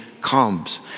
comes